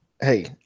Hey